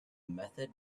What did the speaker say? method